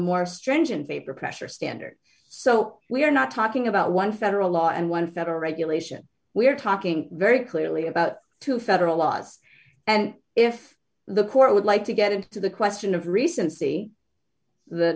more stringent vapor pressure standard so we are not talking about one federal law and one federal regulation we are talking very clearly about two federal laws and if the court would like to get into the question of recen